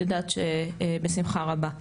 בשמחה רבה.